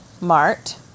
Mart